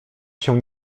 się